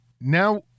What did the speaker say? Now